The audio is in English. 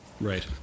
Right